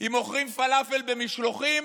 אם מוכרים פלאפל במשלוחים